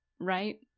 right